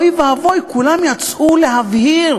אוי ואבוי, כולם יצאו להבהיר